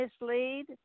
mislead